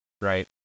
right